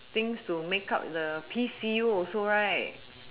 things to make up the P_C_U also right